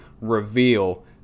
reveal